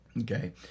okay